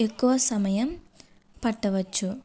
ఎక్కువ సమయం పట్టవచ్చు